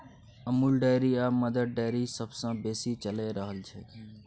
Amul dairy आ Mother Dairy सबसँ बेसी चलि रहल छै